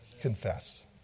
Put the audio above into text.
Confess